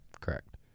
Correct